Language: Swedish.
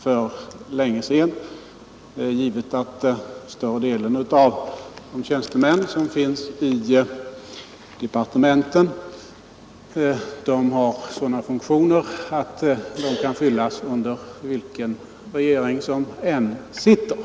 Det är givet att större delen av de tjänstemän som finns i departementen har funktioner som de kan fullgöra, vilken regering som än är vid makten.